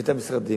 את המשרדים,